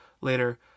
later